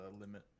limit